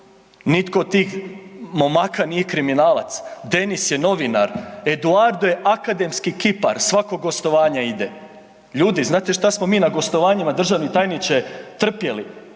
Nitko od tih momaka nije kriminalac, Denis je novinar, Eduardo je akademski kipar, svako gostovanje ide. Ljudi, znate šta smo mi na gostovanjima, državni tajniče, trpjeli?